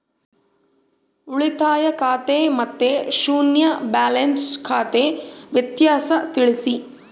ಉಳಿತಾಯ ಖಾತೆ ಮತ್ತೆ ಶೂನ್ಯ ಬ್ಯಾಲೆನ್ಸ್ ಖಾತೆ ವ್ಯತ್ಯಾಸ ತಿಳಿಸಿ?